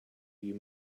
you